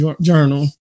journal